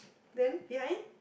then behind